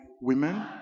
women